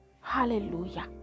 hallelujah